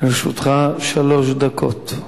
לרשותך שלוש דקות.